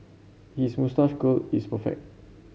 his moustache curl is perfect